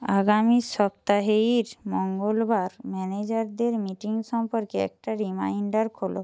আগামী সপ্তাহের মঙ্গলবার ম্যানেজারদের মিটিং সম্পর্কে একটা রিমাইণ্ডার খোলো